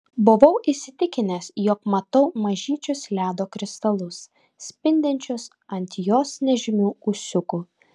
buvau įsitikinęs jog matau mažyčius ledo kristalus spindinčius ant jos nežymių ūsiukų